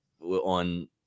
on